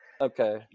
Okay